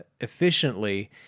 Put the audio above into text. efficiently